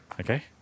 Okay